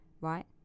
right